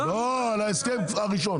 לא, על ההסכם הראשון.